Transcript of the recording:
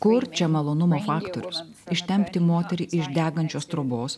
kur čia malonumų faktorius ištempti moterį iš degančios trobos